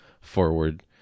forward